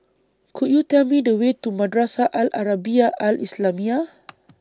Could YOU Tell Me The Way to Madrasah Al Arabiah Al Islamiah